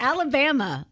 Alabama